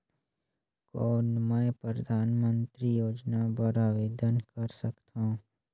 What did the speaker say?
कौन मैं परधानमंतरी योजना बर आवेदन कर सकथव?